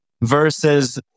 versus